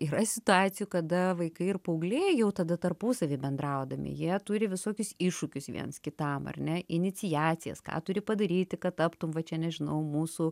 yra situacijų kada vaikai ir paaugliai jau tada tarpusavy bendraudami jie turi visokius iššūkius viens kitam ar ne iniciacijas ką turi padaryti kad taptum va čia nežinau mūsų